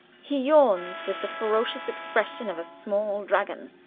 he yawns, with the ferocious expression of a small dragon.